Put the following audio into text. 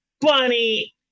Bunny